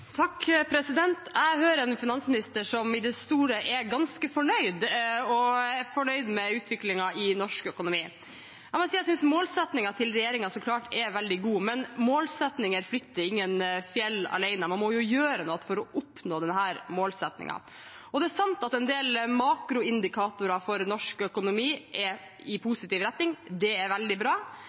Jeg hører en finansminister som i det store og hele er ganske fornøyd med utviklingen i norsk økonomi. Jeg må si jeg synes målsettingen til regjeringen så klart er veldig god, men målsettinger flytter ingen fjell alene – man må gjøre noe for å oppnå disse målsettingene. Det er sant at en del makroindikatorer for norsk økonomi går i positiv retning, og det er veldig bra.